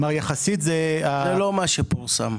זה לא מה שפורסם.